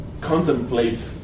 Contemplate